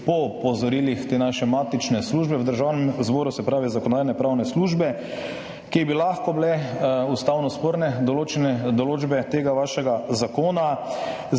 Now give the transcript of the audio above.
opozorilih naše matične službe v Državnem zboru, se pravi Zakonodajno-pravne službe, da bi lahko bile ustavno sporne določene določbe tega vašega zakona.